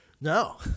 No